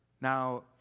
Now